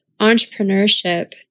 entrepreneurship